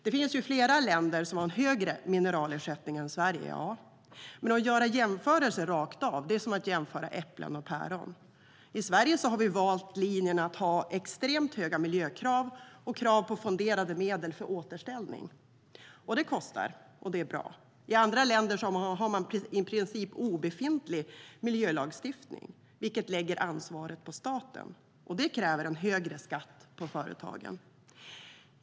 Det finns flera länder som har en högre mineralersättning än Sverige. Men att göra jämförelser rakt av är att jämföra äpplen och päron. I Sverige har vi valt linjen att ha extremt höga miljökrav och krav på fonderade medel för återställning. Det kostar, och det är bra. I andra länder har man i princip obefintlig miljölagstiftning, vilket lägger ansvaret på staten. Det kräver en högre skatt på företagen.